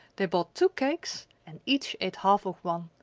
they bought two cakes, and each ate half of one.